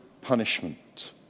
punishment